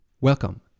Welcome